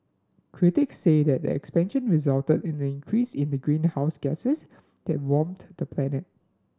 critics say that the expansion resulted in an increase in the greenhouse gases that warm the planet